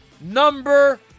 number